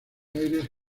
aires